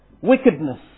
Wickedness